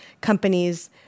companies